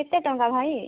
କେତେ ଟଙ୍କା ଭାଇ